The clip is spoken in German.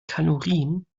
kalorien